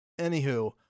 Anywho